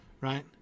Right